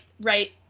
right